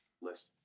list